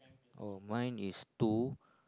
oh mine is two